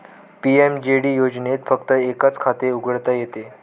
PMJD योजनेत फक्त एकच खाते उघडता येते